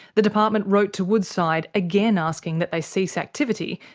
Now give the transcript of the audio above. the department wrote to woodside, again asking that they cease activity,